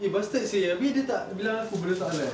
eh bastard seh abeh dia tak bilang aku benda tak halal